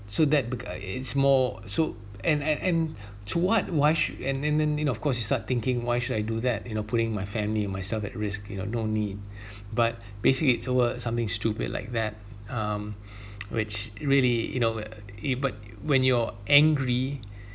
so that be~ uh it's more so and and and to what why should and then you of course you start thinking why should I do that you know putting my family and myself at risk you know no need but basically it's over something stupid like that um which really you know it uh but when you're angry